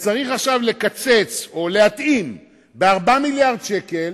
ועכשיו צריך לקצץ, או להתאים, ב-4 מיליארדי שקל,